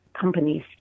companies